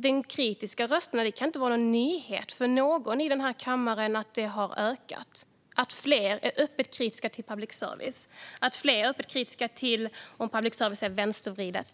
Det kan inte vara någon nyhet för någon i denna kammare att de kritiska rösterna har ökat, att fler är öppet kritiska till public service och att fler är öppet kritiska till om - eller kanske att - public service är vänstervriden.